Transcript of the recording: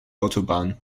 autobahn